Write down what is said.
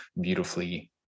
beautifully